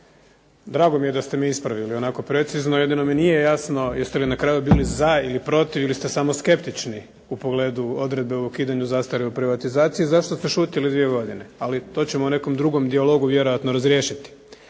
Drago mi je da ste me ispravili onako precizno, jedino mi nije jasno jeste li na kraju bili za ili protiv ili ste samo skeptični u pogledu odredbe o ukidanju zastare u privatizaciji. Zašto ste šutili dvije godine? Ali to ćemo u nekom drugom dijalogu vjerojatno razriješiti.